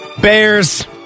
Bears